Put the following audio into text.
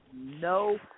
no